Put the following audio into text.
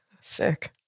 Sick